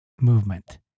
movement